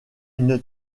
une